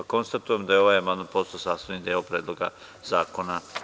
Konstatujem da je ovaj amandman postao sastavni deo Predloga zakona.